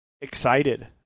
excited